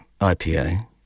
IPA